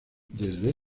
desde